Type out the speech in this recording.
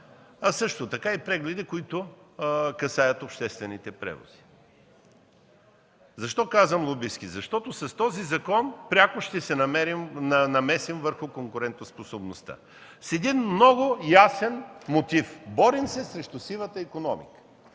а също така и прегледи, които касаят обществените превози. Защо казвам лобистки? Защото с този закон пряко ще се намесим върху конкурентоспособността с един много ясен мотив – борим се срещу сивата икономика.